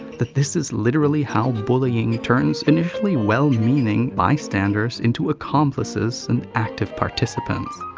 that this is literally how bullying turns initially well-meaning bystanders, into accomplices and active participants.